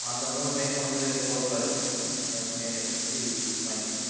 அந்த மூணு க்ளைண்ட்டு வந்து ஷோரூம்மில் இருப்பாங்க நீங்கள் வந்து நேரில் பேசி வாங்கிக்கலாம்